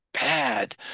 bad